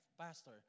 Pastor